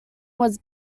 was